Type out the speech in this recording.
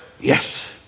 yes